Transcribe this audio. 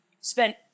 spent